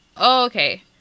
Okay